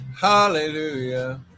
Hallelujah